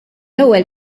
ewwel